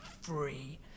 free